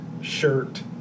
shirt